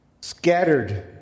scattered